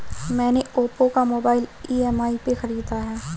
मैने ओप्पो का mobile EMI पे खरीदा है